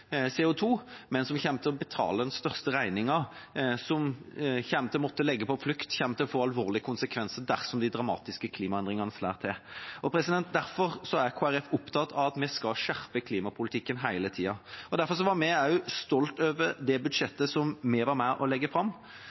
men som kommer til å betale den største regningen, som kommer til å måtte legge på flukt, som det kommer til å få alvorlige konsekvenser for dersom de dramatiske klimaendringene slår til. Derfor er Kristelig Folkeparti opptatt av at vi skal skjerpe klimapolitikken hele tida. Derfor var vi også stolt over det budsjettet som vi var med på å legge fram,